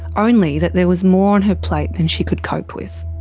only that there was more on her plate than she could cope with.